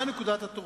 מה נקודת התורפה?